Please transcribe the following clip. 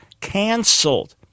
canceled